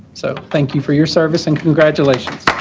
so, thank you for your service, and congratulations.